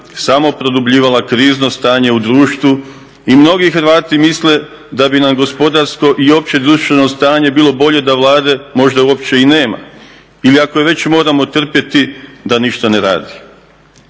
samo produbljivala krizno stanje u društvu i mnogi Hrvati misle da bi nam gospodarsko i opće društveno stanje bilo bolje da Vlade možda uopće i nema. Ili ako je već moramo trpjeti da ništa ne radi.